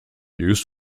use